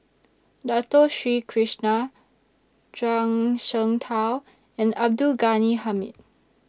Dato Sri Krishna Zhuang Shengtao and Abdul Ghani Hamid